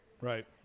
Right